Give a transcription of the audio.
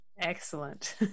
Excellent